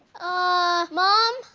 ah, mom,